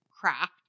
craft